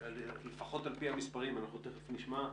לפחות על פי המספרים, אנחנו תיכף נשמע,